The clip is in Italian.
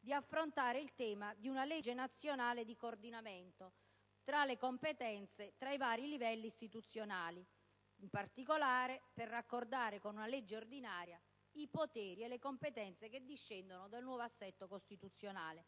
di affrontare il tema di una legge nazionale di coordinamento tra le competenze tra i vari livelli istituzionali, in particolare per raccordare con una legge ordinaria i poteri e le competenze che discendono dal nuovo assetto costituzionale